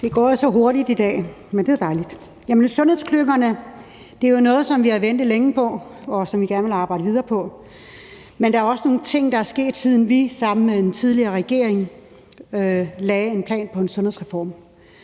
Det er gået så hurtigt i dag, men det er dejligt. Sundhedsklyngerne er jo noget, vi har ventet længe på, og som vi gerne vil arbejde videre med. Men der er også nogle ting, der er sket, siden vi sammen med den tidligere regering lagde en plan for en sundhedsreform.